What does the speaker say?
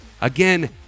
again